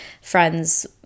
friends